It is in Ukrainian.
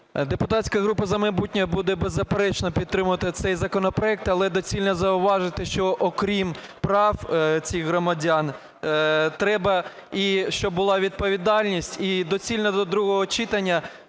Депутатська група "За майбутнє" буде беззаперечно підтримувати цей законопроект. Але доцільно зауважити, що, окрім прав цих громадян, треба і щоб була відповідальність. І доцільно до другого читання,